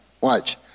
Watch